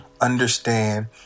understand